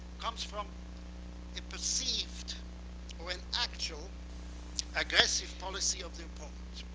comes from a perceived or an actual aggressive policy of the opponent.